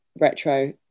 retro